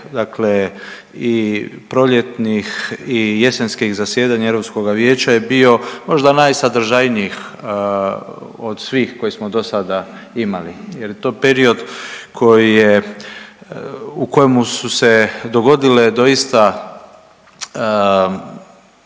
razdoblje i proljetnih i jesenskih zasjedanja Europskoga vijeća je bio možda najsadržajniji od svih koje smo do sada imali jer je to period u kojemu su se dogodile doista